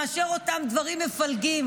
מאשר אותם דברים מפלגים,